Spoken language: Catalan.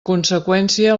conseqüència